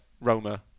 Roma